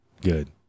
Good